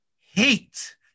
hate